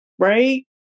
Right